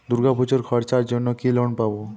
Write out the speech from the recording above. দূর্গাপুজোর খরচার জন্য কি লোন পাব?